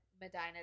Medina